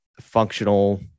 functional